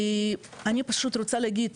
אני פשוט רוצה להגיד,